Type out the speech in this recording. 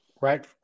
Right